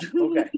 okay